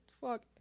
fuck